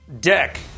deck